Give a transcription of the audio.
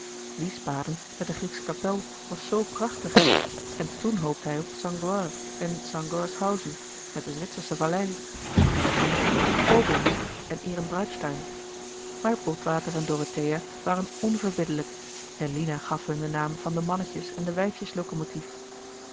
wiesbaden met de grieksche kapel was zoo prachtig en toen hoopte hij op san goar en san goarshausen met de zwitsersche vallei en toen op coblenz en ehrenbreitstein maar botwater en dorothea waren onverbiddelijk en lina gaf hun den naam van de mannetjes en de wijfjeslocomotief